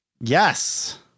yes